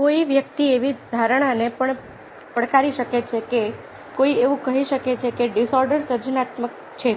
કોઈ વ્યક્તિ એવી ધારણાને પણ પડકારી શકે છે કે કોઈ એવું કહી શકે છે કે ડિસઓર્ડર સર્જનાત્મક છે